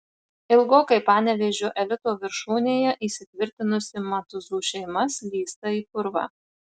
ilgokai panevėžio elito viršūnėje įsitvirtinusi matuzų šeima slysta į purvą